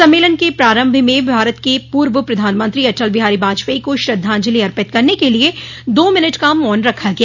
सम्मेलन के प्रारंभ में पूर्व प्रधानमंत्री अटल बिहारी वाजपेयी को श्रद्धांजलि अर्पित करने के लिए दो मिनट का मौन रखा गया